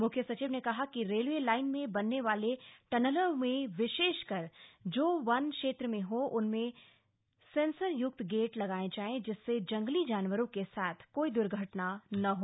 मुख्य सचिव ने कहा कि रेलवे लाइन में बनने वाले टनलों में विशेषकर जो वन क्षेत्र में हो उनमें सेंसरयुक्त गेट लगाये जाएं जिससे जंगली जानवरों के साथ कोई द्र्घटना न हो